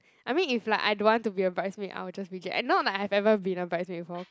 I mean if like I don't want to be a bridesmaid I will just reject and not like I have ever been a bridesmaid before